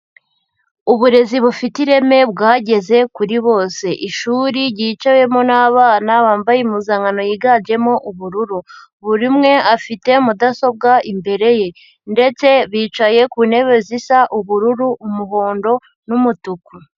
Uburezi bufite ireme bwageze kuri bose. Ishuri ryicayemo n'abana bambaye impuzankano yiganjemo ubururu. Buri umwe afite mudasobwa imbere ye ndetse bicaye ku ntebe zisa ubururu, umuhondo n'umutuku.